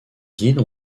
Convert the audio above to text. guides